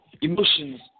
emotions